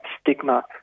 stigma